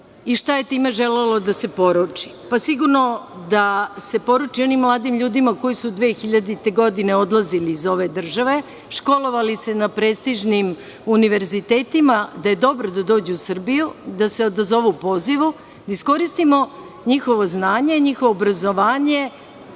je time želelo da se poruči? Sigurno, da se poruči onim mladim ljudima koji su 2000. godine odlazili iz ove države, školovali se na prestižnim univerzitetima, da je dobro da dođu u Srbiju, da je dobro da se odazovu pozivu, da iskoristimo njihovo znanje, njihovo obrazovanje,